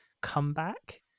Comeback